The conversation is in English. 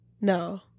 No